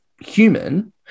human